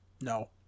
No